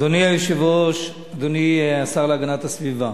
אדוני היושב-ראש, אדוני השר להגנת הסביבה,